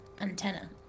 antenna